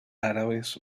árabes